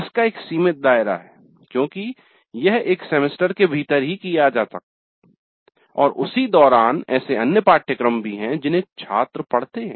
इसका एक सीमित दायरा है क्योंकि यह एक सेमेस्टर के भीतर ही किया जाता है और उसी दौरान ऐसे अन्य पाठ्यक्रम भी हैं जिन्हें छात्र पढते हैं